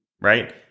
right